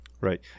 Right